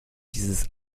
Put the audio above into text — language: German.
dieses